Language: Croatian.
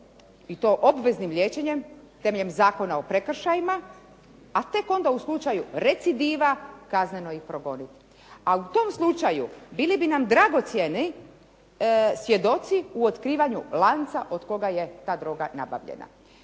i to obveznim liječenjem temeljem Zakona o prekršajima, a tek onda u slučaju recidiva kazneno ih provoditi. A u tom slučaju bili bi nam dragocjeni svjedoci u otkrivanju lanca od koga je ta droga nabavljena.